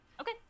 Okay